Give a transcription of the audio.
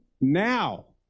now